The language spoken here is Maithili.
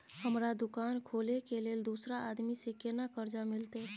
हमरा दुकान खोले के लेल दूसरा आदमी से केना कर्जा मिलते?